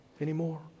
Anymore